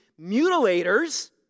mutilators